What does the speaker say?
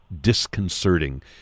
disconcerting